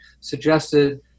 suggested